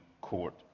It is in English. Court